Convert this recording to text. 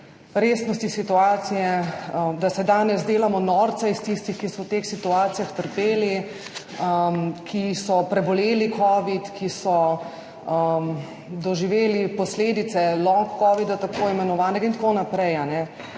resnosti situacije, da se danes delamo norca iz tistih, ki so v teh situacijah trpeli, ki so preboleli covid, ki so doživeli posledice tako imenovanega long covida in tako naprej.